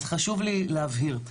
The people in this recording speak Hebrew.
אז חשוב לי להבהיר.